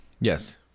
Yes